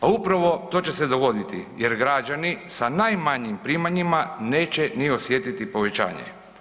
A upravo to će se dogoditi jer građani sa najmanjim primanjima neće ni osjetiti povećanje.